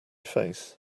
face